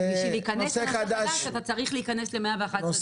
כדי להיכנס לנושא חדש אתה צריך להיכנס לסעיף 111(ד).